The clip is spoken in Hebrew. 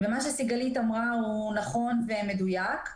מה שסיגלית אמרה הוא נכון ומדויק.